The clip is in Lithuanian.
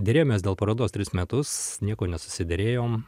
derėjomės dėl parodos tris metus nieko nesusiderėjom